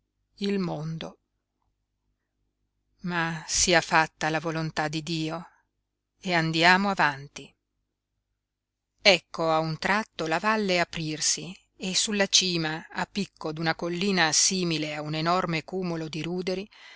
il mondo ma sia fatta la volontà di dio e andiamo avanti ecco a un tratto la valle aprirsi e sulla cima a picco d'una collina simile a un enorme cumulo di ruderi